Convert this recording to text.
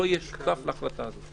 לא יהיה שותף להחלטה הזאת.